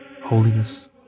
holiness